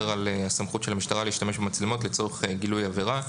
על הסמכות של המשטרה להשתמש במצלמות לצורך גילוי עבירה.